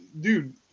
dude